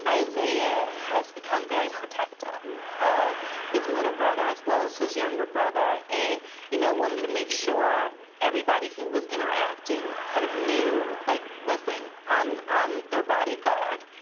izayah has become very protective of his middle brother as well as his younger brother and you know wanted to make sure everybody who was interacting kind of knew, like, listen, i'm i'm their bodyguard.